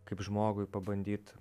kaip žmogui pabandyt